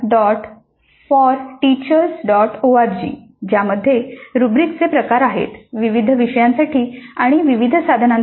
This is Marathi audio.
org ज्यामध्ये रुब्रिकचे प्रकार आहेत विविध विषयांसाठी आणि विविध साधनांसाठी